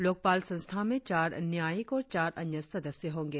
लोकपाल संस्था में चार न्यायिक और चार अन्य सदस्य होंगे